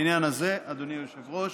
העניין הזה, אדוני היושב-ראש,